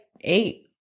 eight